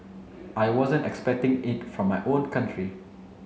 I wasn't expecting it from my own country